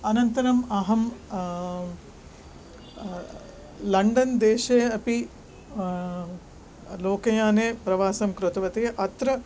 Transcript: अनन्तरम् अहं लण्डन् देशे अपि लोकयाने प्रवासं कृतवती अत्र